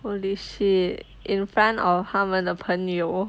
holy shit in front of 他们的朋友